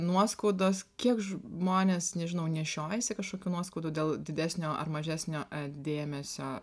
nuoskaudos kiek žmonės nežinau nešiojasi kažkokių nuoskaudų dėl didesnio ar mažesnio dėmesio